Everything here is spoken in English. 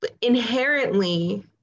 inherently